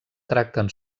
tracten